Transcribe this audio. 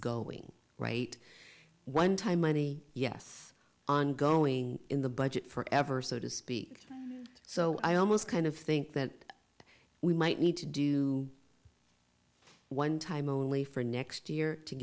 going right one time money yes ongoing in the budget forever so to speak so i almost kind of think that we might need to do one time only for next year to